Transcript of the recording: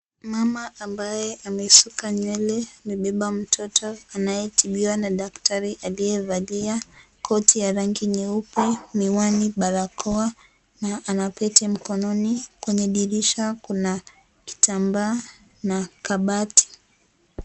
Mama ambaye amesuka nywele amebeba mtoto anaye anatibiwa na daktari aliyevalia koti ya rangi nyeupe, miwani, barakoa na ana pete mkononi. Kwenye dirisha kuna kitambaa na kabati.